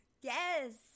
Yes